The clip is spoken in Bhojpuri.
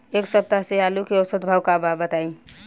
एक सप्ताह से आलू के औसत भाव का बा बताई?